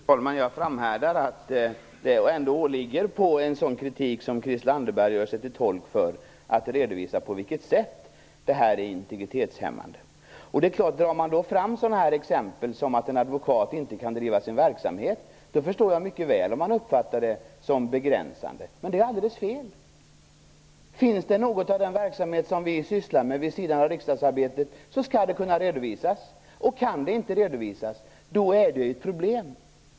Fru talman! Jag framhärdar i att det ändå åligger Christel Anderberg, som gör sig till tolk för en sådan kritik, att redovisa på vilket sätt det här registret är integritetshämmande. Om drar man fram sådana här exempel och säger att en advokat inte kan bedriva sin verksamhet - då förstår jag mycket väl att man uppfattar registret som begränsande. Men det är alldeles fel. Sysslar vi med verksamhet vid sidan av riksdagsarbetet skall det kunna redovisas. Kan det inte redovisas är det ett problem.